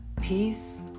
Peace